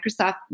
Microsoft